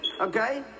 okay